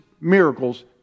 miracles